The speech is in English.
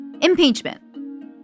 impeachment